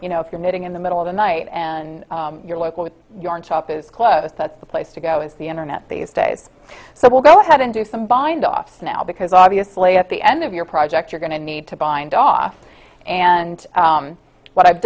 you know if your knitting in the middle of the night and your local with yarn shop is close that's the place to go is the internet these days so i will go ahead and do some bind offs now because obviously at the end of your project you're going to need to bind off and what i've